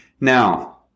Now